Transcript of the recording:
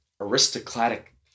aristocratic